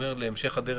להמשך הדרך,